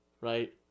right